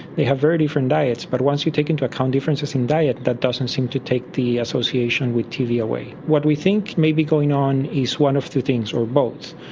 they have very different diets but once you take into account differences in diet, that doesn't seem to take the association with tv away. what we think may be going on is one of two things or both.